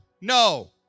no